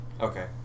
Okay